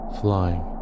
flying